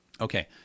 Okay